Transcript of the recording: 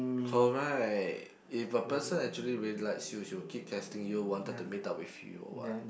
correct if a person actually really likes you she will keep texting you wanted to meet up with you or what